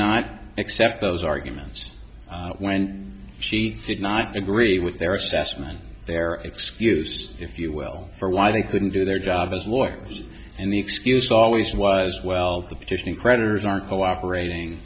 not accept those arguments when she did not agree with their assessment their excuse if you will for why they couldn't do their job as lawyers and the excuse always was well the petition creditors aren't cooperating